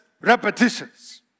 repetitions